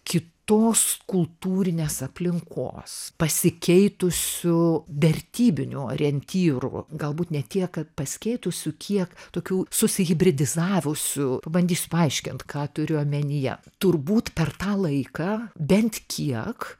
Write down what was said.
kitos kultūrinės aplinkos pasikeitusių vertybinių orientyrų galbūt ne tiek kad pasikeitusių kiek tokių susihibridizavusių pabandysiu paaiškint ką turiu omenyje turbūt per tą laiką bent kiek